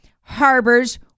harbors